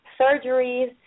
surgeries